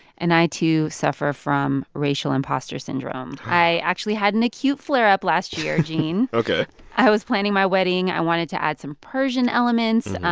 and i, too, suffer from racial impostor syndrome. i actually had an acute flare-up last year, gene ok i was planning my wedding. i wanted to add some persian elements.